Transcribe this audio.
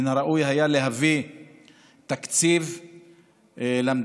מן הראוי היה להביא תקציב למדינה,